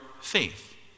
faith